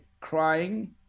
crying